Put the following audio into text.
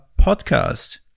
podcast